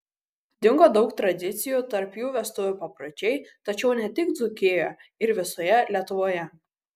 dingo daug tradicijų tarp jų vestuvių papročiai tačiau ne tik dzūkijoje ir visoje lietuvoje